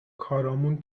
کارامون